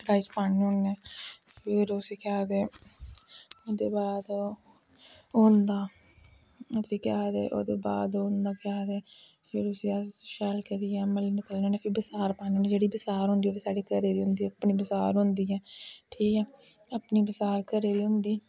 कड़ाही च पान्ने होन्ने फिर उसी केह् आखदे ओह्दे बाद ओह् होंदा उसी ओह् होंदा केह् आखदे उसी फिर उसी अस शैल करियै मलने गलने होन्ने फिर बसार पान्ने होन्ने जेह्ड़े बसार होंदी ओह् बी साढ़ी अपने बसार होंदी ऐ घरै दी होंदा ऐ ठीक ऐ अपनी बसार घरै दी होंदी